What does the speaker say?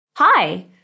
Hi